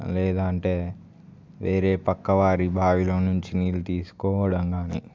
లేదంటే వేరే పక్క వారి బావిలో నుంచి నీళ్ళు తీసుకోవడం కానీ